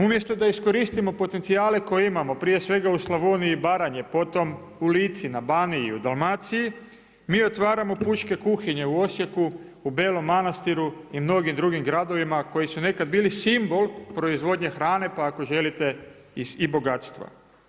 Umjesto da iskoristimo potencijale koje imamo, prije svega u Slavoniji i Baranji, potom u Lici, na Baniji, u Dalmaciji, mi otvaramo pučke kuhinje u Osijeku, u Belom Manastiru i u mnogim drugim gradovima koji su nekada bili simbol proizvodnje hrane pa ako želite i bogatstva.